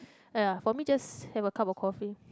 ya for me just have a cup of coffee